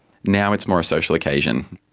now it's more a social occasion,